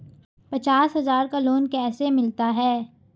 पचास हज़ार का लोन कैसे मिलता है?